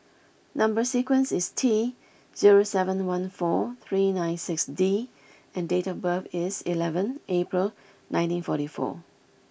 number sequence is T zero seven one four three nine six D and date of birth is eleven April nineteen forty four